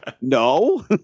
No